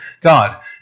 God